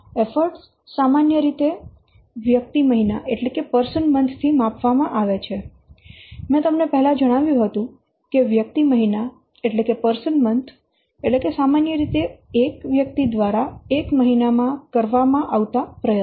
effort સામાન્ય રીતે વ્યક્તિ મહિના થી માપવામાં આવે છે મેં તમને પહેલા જણાવ્યું હતું કે વ્યક્તિ મહિના એટલે કે સામાન્ય રીતે એક વ્યક્તિ દ્વારા એક મહિનામાં કરવામાં આવતા પ્રયત્નો